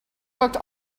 booked